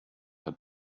had